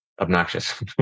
obnoxious